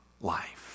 life